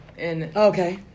Okay